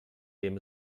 dem